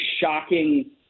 shocking